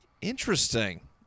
Interesting